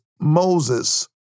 Moses